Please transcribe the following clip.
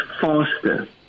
faster